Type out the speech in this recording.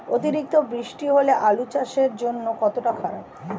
অতিরিক্ত বৃষ্টি হলে আলু চাষের জন্য কতটা খারাপ?